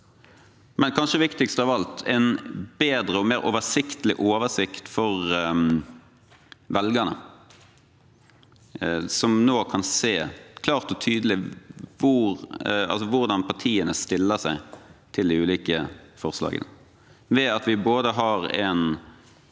men kanskje viktigst av alt en bedre oversikt for velgerne, som nå kan se klart og tydelig hvordan partiene stiller seg til de ulike forslagene, ved at vi har en